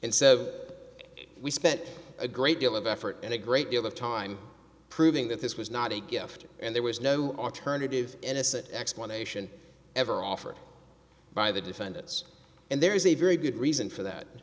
and so we spent a great deal of effort and a great deal of time proving that this was not a gift and there was no alternative innocent explanation ever offered by the defendants and there is a very good reason for that